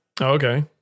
okay